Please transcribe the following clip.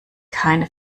keine